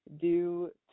due